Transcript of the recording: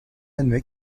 admet